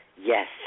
Yes